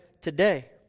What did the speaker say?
today